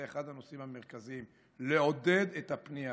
זה אחד הנושאים המרכזיים, לעודד את הפנייה.